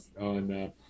on